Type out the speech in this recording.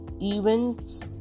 events